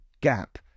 gap